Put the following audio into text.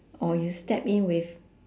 or you step in with